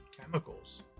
chemicals